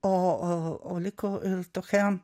o o o liko ir tokia